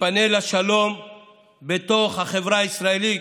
תתפנה לשלום בתוך החברה הישראלית.